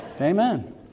amen